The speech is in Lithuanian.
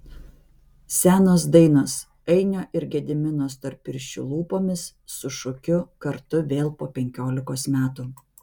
senos dainos ainio ir gedimino storpirščių lūpomis su šūkiu kartu vėl po penkiolikos metų